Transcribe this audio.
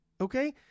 Okay